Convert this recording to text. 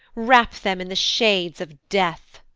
wrap them in the shades of death.